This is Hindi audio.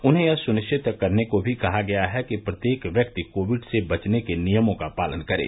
उन्हें यह सुनिश्चित करने को भी कहा गया है कि प्रत्येक व्यक्ति कोविड से बचने के नियमों का पालन करे